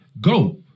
Go